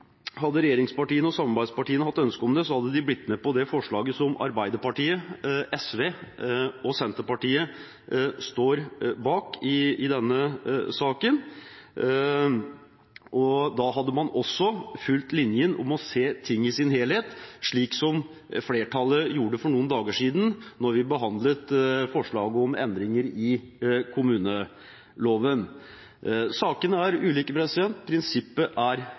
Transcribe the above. samarbeidspartiene hatt ønske om det, hadde de blitt med på det forslaget som Arbeiderpartiet, SV og Senterpartiet står bak i denne saken. Da hadde man også fulgt linjen om å se ting i sin helhet, slik som flertallet gjorde for noen dager siden da vi behandlet forslaget om endringer i kommuneloven. Sakene er ulike, prinsippet er